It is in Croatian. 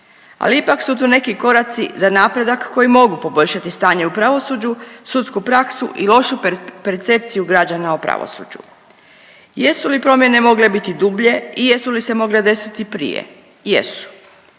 ali ipak su tu neki koraci za napredak koji mogu poboljšati stanje u pravosuđu, sudsku praksu i lošu percepciju građana u pravosuđu. Jesu li promjene mogle biti dublje i jesu li se mogle desiti prije? Jesu.